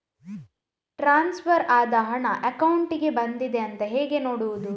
Transfer ಆದ ಹಣ ಅಕೌಂಟಿಗೆ ಬಂದಿದೆ ಅಂತ ಹೇಗೆ ನೋಡುವುದು?